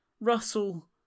Russell